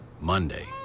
Monday